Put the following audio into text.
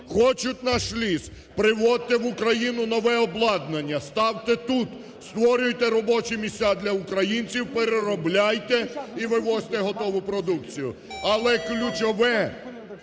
хочуть наш ліс, приводьте в Україну нове обладнання, ставте тут, створюйте робочі місця для українців, переробляйте і вивозьте готову продукцію. Але ключове